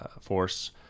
force